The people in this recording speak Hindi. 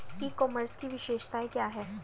ई कॉमर्स की विशेषताएं क्या हैं?